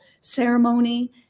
ceremony